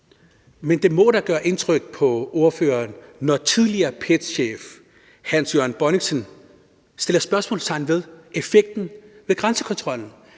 Men det må da gøre indtryk på ordføreren, når tidligere PET-chef Hans Jørgen Bonnichsen sætter spørgsmålstegn ved effekten af grænsekontrollen.